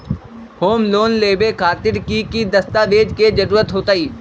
Home loan लेबे खातिर की की दस्तावेज के जरूरत होतई?